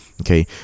Okay